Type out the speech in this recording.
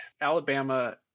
Alabama